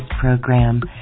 program